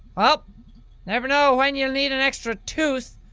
ah never know when you'll need an extra tooth.